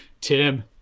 Tim